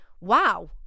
Wow